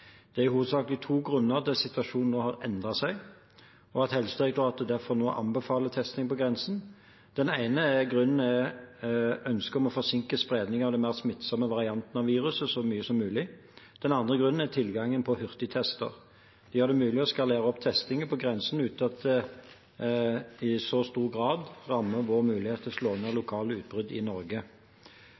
Det er hovedsakelig to grunner til at situasjonen nå har endret seg, og at Helsedirektoratet nå anbefaler testing på grensen. Den ene grunnen er ønsket om å forsinke spredning av de mer smittsomme variantene av viruset så mye som mulig. Den andre grunnen er tilgangen på hurtigtester. De gjør det mulig å skalere opp testingen på grensen uten at det i så stor grad rammer vår mulighet til å slå ned lokale utbrudd i Norge.